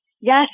Yes